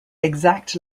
exact